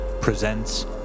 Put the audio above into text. presents